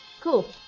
cool